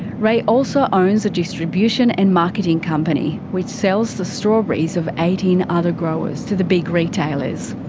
ray also owns a distribution and marketing company, which sells the strawberries of eighteen other growers to the big retailers.